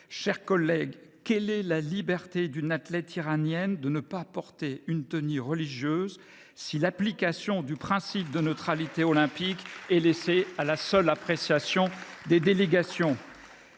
chers collègues, quelle est la liberté d’une athlète iranienne de ne pas porter une tenue religieuse, si l’application du principe de neutralité olympique est laissée à la seule appréciation des délégations ?